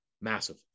massive